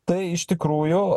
tai iš tikrųjų